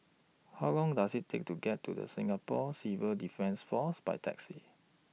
How Long Does IT Take to get to The Singapore Civil Defence Force By Taxi